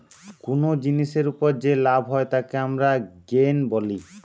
কুনো জিনিসের উপর যে লাভ হয় তাকে আমরা গেইন বলি